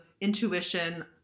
intuition